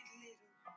little